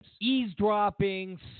eavesdropping